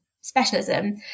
specialism